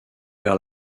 vers